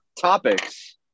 topics